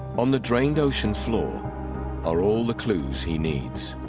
on the drained ocean floor are all the clues he needs